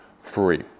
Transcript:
free